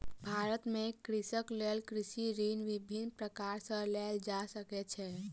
भारत में कृषकक लेल कृषि ऋण विभिन्न प्रकार सॅ लेल जा सकै छै